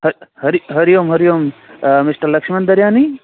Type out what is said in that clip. ह हरि हरिओम हरिओम मिस्टर लक्ष्मन दरयानी